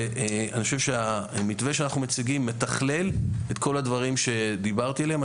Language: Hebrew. ואני חושב שהמתווה שאנחנו מציגים מתכלל את כל הדברים שדיברתי עליהם.